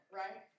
right